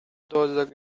those